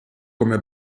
come